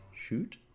Shoot